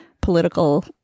Political